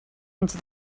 into